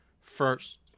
first